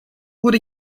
wurde